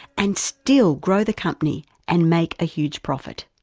and still grow the company and make a huge profit?